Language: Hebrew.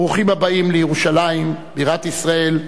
ברוכים הבאים לירושלים בירת ישראל,